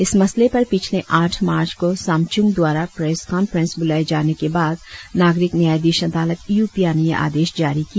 इस मसले पर पिछले आठ मार्च को सामचुंग द्वारा प्रेस कॉन्प्रेंस बुलाए जाने के बाद नाग़रिक न्यायाधीश अदालत यूपिया ने यह आदेश जारी किया